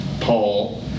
Paul